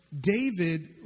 David